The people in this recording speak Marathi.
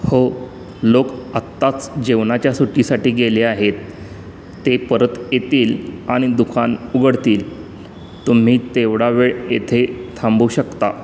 हो लोक आत्ताच जेवणाच्या सुट्टीसाठी गेले आहेत ते परत येतील आणि दुकान उघडतील तुम्ही तेवढा वेळ येथे थांबू शकता